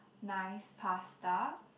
nice pasta